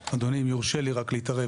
אדוני, אם יורשה לי רק להתערב